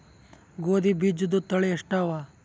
ಗೋಧಿ ಬೀಜುದ ತಳಿ ಎಷ್ಟವ?